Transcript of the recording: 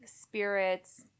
spirits